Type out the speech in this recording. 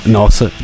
nossa